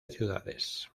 ciudades